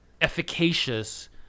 efficacious